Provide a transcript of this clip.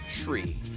Tree